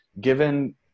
given